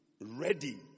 ready